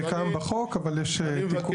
זה קיים בחוק, אבל יש תיקון.